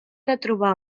retrobar